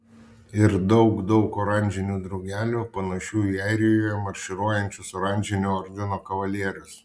ir daug daug oranžinių drugelių panašių į airijoje marširuojančius oranžinio ordino kavalierius